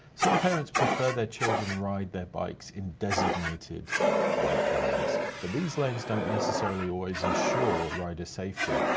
some parents prefer their children ride their bikes in designated bike lanes but these lanes don't necessarily always ensure rider safety.